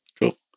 Cool